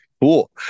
Cool